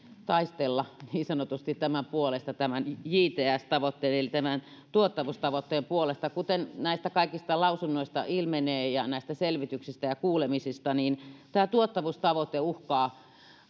niin sanotusti taistella tämän jts tavoitteen eli tämän tuottavuustavoitteen puolesta kuten näistä kaikista lausunnoista ja selvityksistä ja kuulemisista ilmenee niin tämä tuottavuustavoite uhkaa